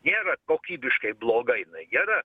nėra kokybiškai bloga jinai gera